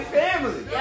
family